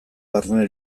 barne